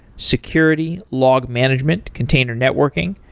security, log management, container networking,